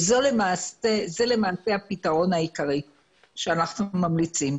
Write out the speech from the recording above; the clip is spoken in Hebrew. וזה למעשה הפתרון העיקרי שאנחנו ממליצים.